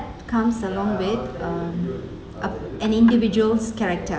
comes along with um a an individual's character